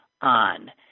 on